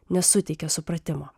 nesuteikia supratimo